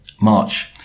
March